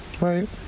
Right